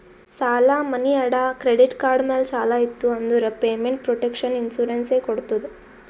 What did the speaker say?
ಸಾಲಾ, ಮನಿ ಅಡಾ, ಕ್ರೆಡಿಟ್ ಕಾರ್ಡ್ ಮ್ಯಾಲ ಸಾಲ ಇತ್ತು ಅಂದುರ್ ಪೇಮೆಂಟ್ ಪ್ರೊಟೆಕ್ಷನ್ ಇನ್ಸೂರೆನ್ಸ್ ಎ ಕೊಡ್ತುದ್